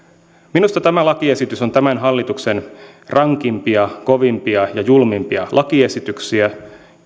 minusta tämä lakiesitys on tämän hallituksen rankimpia kovimpia ja julmimpia lakiesityksiä